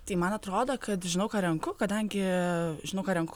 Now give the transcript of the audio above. tai man atrodo kad žinau ką renku kadangi žinau ką renku